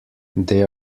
they